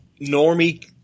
normie